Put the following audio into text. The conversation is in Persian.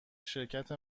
شرکت